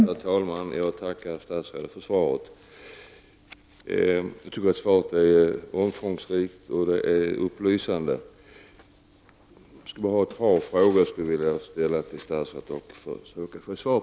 Herr talman! Jag tackar statsrådet för svaret som var omfångsrikt och upplysande. Jag har ett par ytterligare frågor som jag vill ställa till statsrådet.